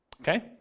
Okay